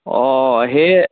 অ সেই